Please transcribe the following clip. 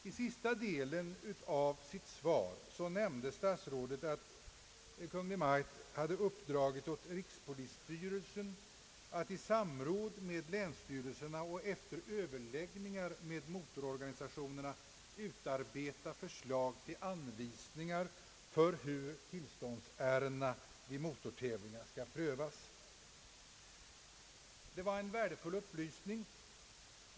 I sista delen av sitt svar nämnde statsrådet att Kungl. Maj:t uppdragit åt rikspolisstyrelsen att i samråd med länsstyrelserna och efter överläggningar med motororganisationerna utarbeta förslag till anvisningar för hur tillståndsärenden vid motortävlingar skall prövas. Detta var en värdefull upplysning.